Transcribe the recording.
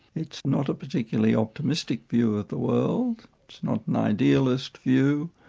it's not a particularly optimistic view of the world. it's not an idealist view,